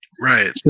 Right